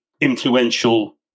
influential